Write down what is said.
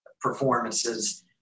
performances